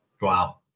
Wow